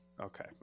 Okay